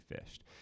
fished